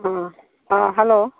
ꯑꯥ ꯑꯥ ꯍꯜꯂꯣ